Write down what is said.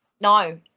No